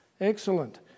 Excellent